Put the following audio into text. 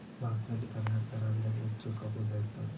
ಭಾರತದಲ್ಲಿ ಕರ್ನಾಟಕ ರಾಜ್ಯದಾಗ ಹೆಚ್ಚ ಕಬ್ಬ್ ಬೆಳಿತಾರ